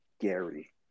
Gary